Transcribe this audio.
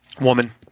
Woman